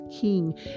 king